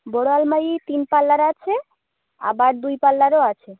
বড় আলমারি তিন পাল্লার আছে আবার দুই পাল্লারও আছে